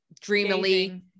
dreamily